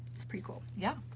it's pretty cool. yeah